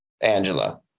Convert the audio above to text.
Angela